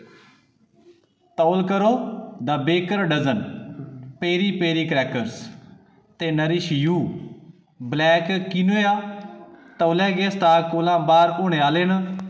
तौल करो the baker dozen peri peri crackers ते नरिश यू ब्लैक कीनोआ तौले गै स्टाक कोला बाह्र होने आह्ले न